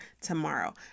tomorrow